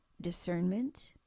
discernment